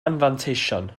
anfanteision